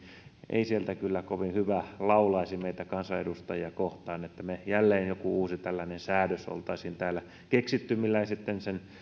ei sieltä kyllä kovin hyvä laulaisi meitä kansanedustajia kohtaan että me jälleen jonkun uuden tällaisen säädöksen olisimme täällä keksineet millä ei sitten sen